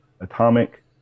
atomic